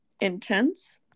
intense